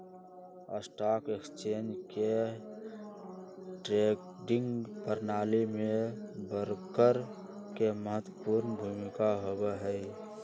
stock exchange के trading प्रणाली में ब्रोकर के महत्वपूर्ण भूमिका होबा हई